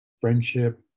friendship